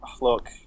look